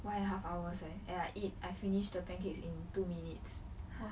one and a half hours leh and I eat I finish the pancakes in two minutes